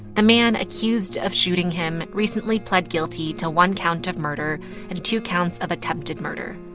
the man accused of shooting him recently pled guilty to one count of murder and two counts of attempted murder.